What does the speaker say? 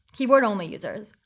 keyboard-only users,